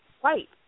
white